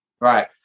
Right